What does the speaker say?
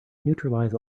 neutralize